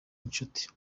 inshuti